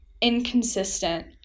inconsistent